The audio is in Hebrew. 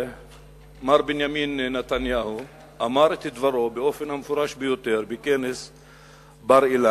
מר בנימין נתניהו אמר את דברו באופן המפורש ביותר בכנס בר-אילן,